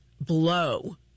blow